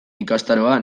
ikastaroa